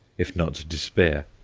if not despair.